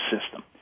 system